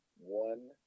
one